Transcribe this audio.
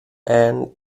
and